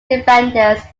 defenders